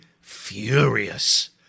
furious